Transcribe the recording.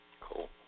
Cool